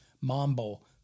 mambo